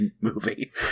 movie